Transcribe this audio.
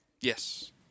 Yes